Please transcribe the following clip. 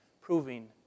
proving